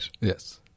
Yes